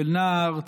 של נער צעיר,